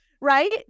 right